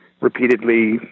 repeatedly